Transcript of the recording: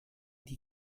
die